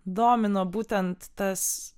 domino būtent tas